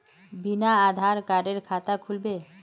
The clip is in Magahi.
बिना आधार कार्डेर खाता खुल बे?